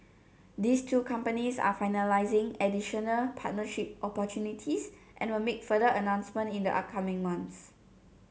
these two companies are finalising additional partnership opportunities and will make further announcements in the upcoming months